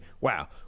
wow